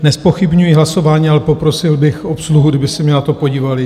Nezpochybňuji hlasování, ale poprosil bych obsluhu, kdyby se mi na to podívali.